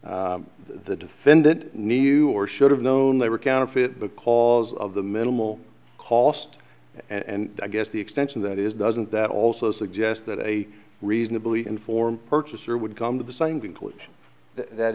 the defendant knew or should have known they were counterfeit because of the minimal cost and i guess the extension that is doesn't that also suggest that a reasonably informed purchaser would come to the same